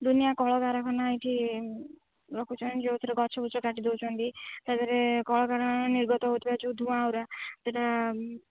ଦୁନିଆ କଳକାରଖାନା ଏଇଠି ରଖୁଛନ୍ତି ଯେଉଁଥିରେ ଗଛ ଗୁଛ କାଟି ଦେଉଛନ୍ତି ତା'ଧୀରେ କଳକାରଖାନା ନିର୍ଗତ ହେଉଥିବା ଯେଉଁ ଧୂଆଁ ଗୁଡ଼ା ସେଇଟା